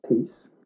peace